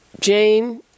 Jane